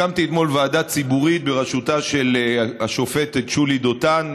הקמתי אתמול ועדה ציבורית בראשותה של השופטת שולי דותן,